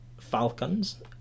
Falcons